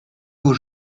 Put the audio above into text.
aux